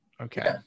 Okay